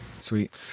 sweet